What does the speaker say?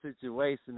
situation